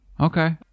Okay